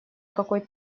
какой